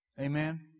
Amen